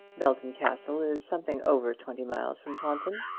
belton castle is something over twenty miles from taunton.